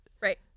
right